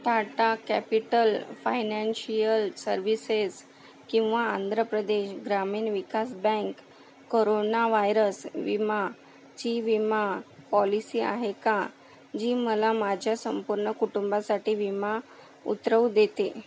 Tata capital financial services किंवा आंध्र प्रदेश ग्रामीण विकास बँक कोरोना व्हायरस विमाची विमा पॉलिसी आहे का जी मला माझ्या संपूर्ण कुटुंबासाठी विमा उतरवू देते